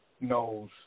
knows